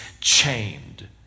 chained